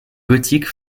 gothique